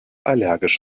allergisch